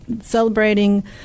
Celebrating